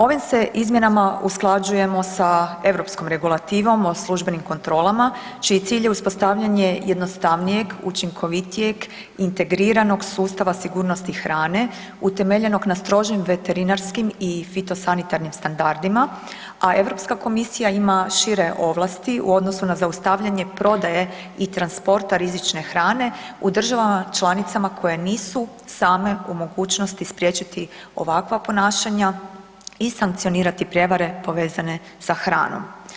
Ovim se izmjenama usklađujemo sa europskom regulativom o službenim kontrolama čiji je cilj uspostavljanje jednostavnijeg, učinkovitijeg integriranog sustava sigurnosti hrane utemeljenog na strožim veterinarskim i fitosanitarnim standardima, a Europska komisija ima šire ovlasti u odnosu na zaustavljanje prodaje i transporta rizične hrane u državama članicama koje nisu same u mogućnosti spriječiti ovakva ponašanja i sankcionirati prijevare povezane sa hranom.